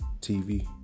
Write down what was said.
TV